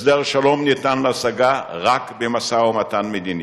הסדר שלום ניתן להשגה רק במשא-ומתן מדיני,